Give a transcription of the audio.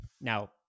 Now